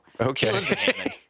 Okay